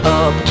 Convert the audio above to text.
up